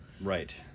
Right